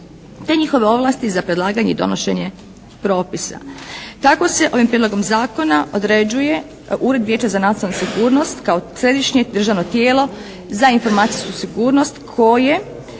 te njihove ovlasti za predlaganje i donošenje propisa. Tako se ovim prijedlogom zakona određuje Ured Vijeća za nacionalnu sigurnost kao središnje državno tijelo za informacijsku sigurnost koje